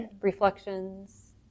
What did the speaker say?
reflections